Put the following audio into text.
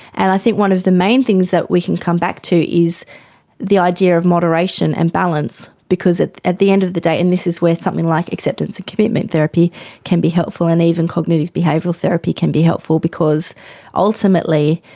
and i think one of the main things that we can come back to is the idea of moderation and balance, because it's at the end of the day, and this is where something like acceptance and commitment therapy can be helpful, and even cognitive behavioural therapy can be helpful, because ultimately,